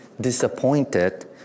disappointed